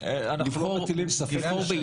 -- אנחנו לא מטילים ספק פה באף אחד.